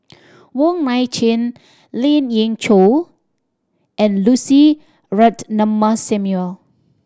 Wong Nai Chin Lien Ying Chow and Lucy Ratnammah Samuel